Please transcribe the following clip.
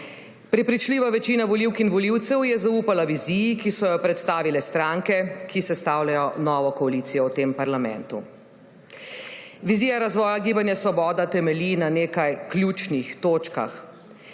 Prepričljiva večina volivk in volivcev je zaupala viziji, ki so jo predstavile stranke, ki sestavljajo novo koalicijo v tem parlamentu. Vizija razvoja Gibanja Svoboda temelji na nekaj ključnih točkah: